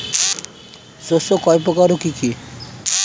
শস্য কয় প্রকার কি কি?